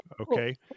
Okay